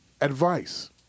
Advice